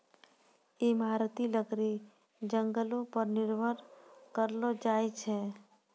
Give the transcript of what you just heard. इमारती लकड़ी जंगलो पर निर्भर करलो जाय छै